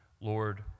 Lord